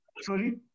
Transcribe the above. Sorry